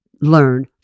Learn